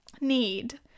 need